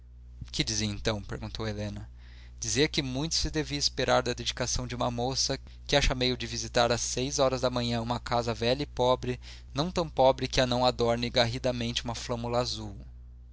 que dizia então perguntou helena dizia que muito se devia esperar da dedicação de uma moça que acha meio de visitar às seis horas da manhã uma casa velha e pobre não tão pobre que a não adorne garridamente uma flâmula azul